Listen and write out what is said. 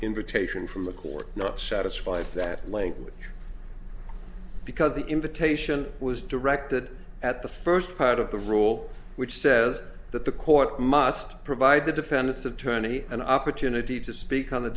invitation from the court not satisfied that language because the invitation was directed at the first part of the rule which says that the court must provide the defendant's attorney an opportunity to speak on the